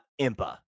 Impa